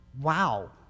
wow